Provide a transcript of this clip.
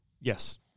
Yes